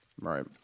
right